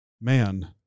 Man